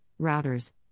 routers